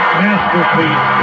masterpiece